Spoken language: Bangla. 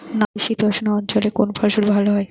নাতিশীতোষ্ণ অঞ্চলে কোন ফসল ভালো হয়?